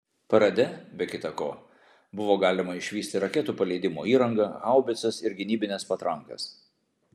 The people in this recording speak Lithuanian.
parade be kita ko buvo galima išvysti raketų paleidimo įrangą haubicas ir gynybines patrankas